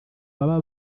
baba